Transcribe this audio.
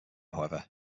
however